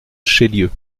chélieu